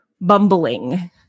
bumbling